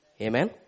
Amen